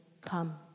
come